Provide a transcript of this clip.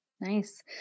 Nice